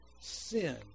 sin